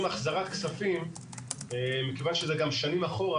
החזרת כספים מכיוון שזה גם שנים אחורה,